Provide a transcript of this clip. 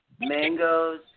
mangoes